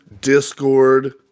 Discord